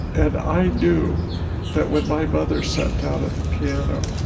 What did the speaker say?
and i knew that when my mother sat down at the piano,